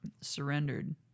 surrendered